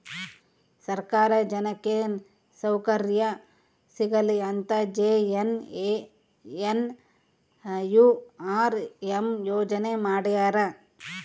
ಸರ್ಕಾರ ಜನಕ್ಕೆ ಸೌಕರ್ಯ ಸಿಗಲಿ ಅಂತ ಜೆ.ಎನ್.ಎನ್.ಯು.ಆರ್.ಎಂ ಯೋಜನೆ ಮಾಡ್ಯಾರ